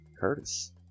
Curtis